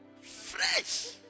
Fresh